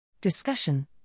Discussion